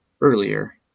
earlier